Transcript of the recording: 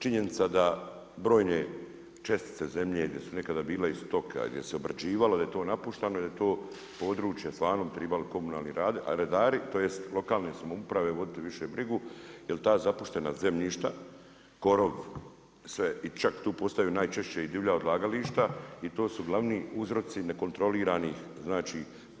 Činjenica da brojne čestice zemlje gdje su nekada bila i stoka, gdje se obrađivalo da je to napušteno, da je to područje stvarno bi trebali komunalni redari tj. lokalne samouprave voditi više brigu jer ta zapuštena zemljišta korov sve, čak i tu postaju najčešće i divlja odlagališta i to su glavni uzroci nekontroliranih